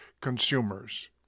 consumers